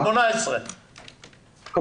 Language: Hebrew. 518. בסדר.